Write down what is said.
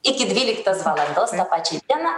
iki dvyliktos valandos tą pačią dieną